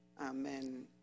Amen